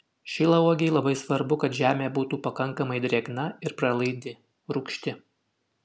šilauogei labai svarbu kad žemė būtų pakankamai drėgna ir pralaidi rūgšti